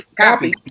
Copy